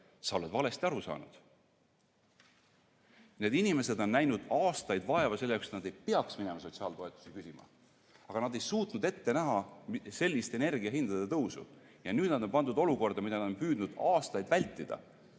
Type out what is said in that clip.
"Sa oled valesti aru saanud." Need inimesed on näinud aastaid vaeva selleks, et nad ei peaks minema sotsiaaltoetusi küsima, aga nad ei suutnud ette näha sellist energiahindade tõusu. Nüüd on nad pandud olukorda, mida nad on püüdnud aastaid vältida.